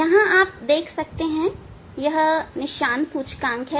यहां आप देख सकते हैं यह निशान सूचकांक है